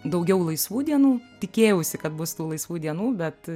daugiau laisvų dienų tikėjausi kad bus tų laisvų dienų bet